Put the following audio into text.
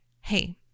Hey